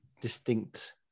distinct